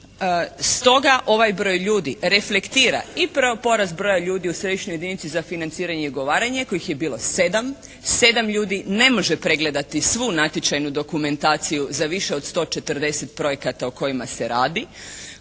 i stoga ovaj broj ljudi reflektira i porast broja ljudi u središnjoj jedinici za financiranje i ugovaranje kojih je bilo 7. 7 ljudi ne može pregledati svu natječajnu dokumentaciju za više od 140 projekata o kojima se radi.